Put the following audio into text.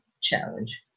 challenge